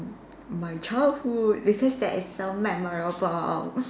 my childhood it's just that it's so memorable